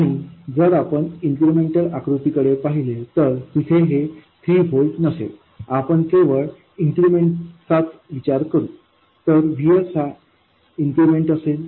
आणि जर आपण इन्क्रिमेंटल आकृती कडे पाहिले तर तिथे हे 3 व्होल्ट नसेल आपण केवळ इन्क्रिमेन्टचाच विचार करू तर VSहा इन्क्रिमेंट असेल